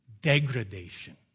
Degradation